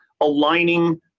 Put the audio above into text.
aligning